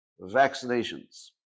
vaccinations